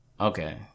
Okay